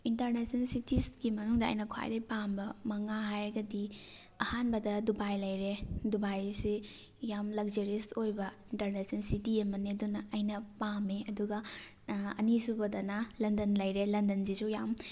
international ꯁꯤꯇꯤꯖꯀꯤ ꯃꯅꯨꯡꯗ ꯑꯩꯅ ꯈ꯭ꯋꯥꯏꯗꯩ ꯄꯥꯝꯕ ꯃꯉꯥ ꯍꯥꯏꯔꯒꯗꯤ ꯑꯍꯥꯟꯕꯗ ꯗꯨꯕꯥꯏ ꯂꯩꯔꯦ ꯗꯨꯕꯥꯏ ꯑꯁꯤ ꯌꯥꯝ ꯂꯛꯖꯔꯤꯌꯁ ꯑꯣꯏꯕ ꯏꯟꯇꯔꯅꯦꯁꯅꯦꯟ ꯁꯤꯇꯤ ꯑꯃꯅꯤ ꯑꯗꯨꯅ ꯑꯩꯅ ꯄꯥꯝꯃꯤ ꯑꯗꯨꯒ ꯑꯅꯤꯁꯨꯕꯗꯅ ꯂꯟꯗꯟ ꯂꯩꯔꯦ ꯂꯟꯗꯟꯁꯤꯁꯨ ꯌꯥꯝ